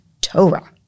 Torah